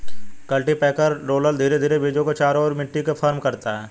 cultipacker roller धीरे धीरे बीजों के चारों ओर मिट्टी को फर्म करता है